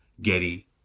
Getty